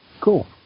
cool